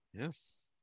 Yes